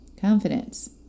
Confidence